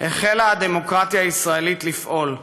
החלה הדמוקרטיה הישראלית לפעול.